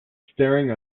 staring